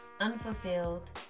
unfulfilled